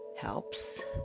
helps